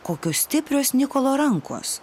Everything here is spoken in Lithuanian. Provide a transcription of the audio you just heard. kokios stiprios nikolo rankos